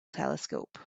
telescope